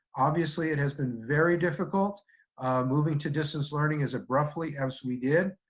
obviously it has been very difficult moving to distance learning as abruptly as we did,